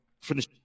finish